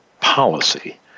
policy